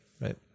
right